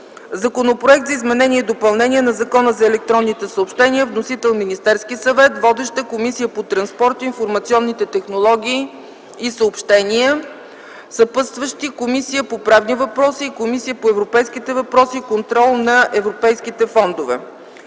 Законопроект за изменение и допълнение на Закона за електронните съобщения. Вносител е Министерският съвет. Водеща е Комисията по транспорт, информационни технологии и съобщения. Съпътстващи са Комисията по правни въпроси и Комисията по европейските въпроси и контрол на европейските фондове.